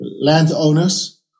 landowners